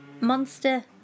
monster